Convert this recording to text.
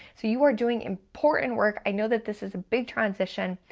so you are doing important work, i know that this is a big transition.